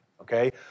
Okay